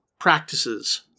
practices